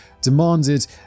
demanded